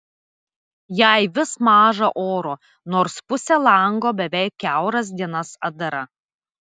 jai vis maža oro nors pusė lango beveik kiauras dienas atdara